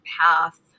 path